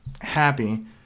happy